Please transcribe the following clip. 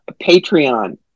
Patreon